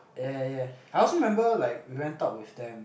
ya ya ya I also remember like we went out with them